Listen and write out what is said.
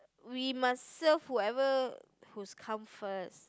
we must serve whoever who's come first